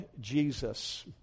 Jesus